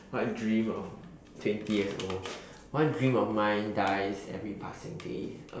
what dream of twenty years old what dream of mine dies every passing days